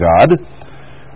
God